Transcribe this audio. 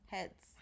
Heads